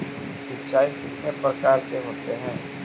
सिंचाई कितने प्रकार के होते हैं?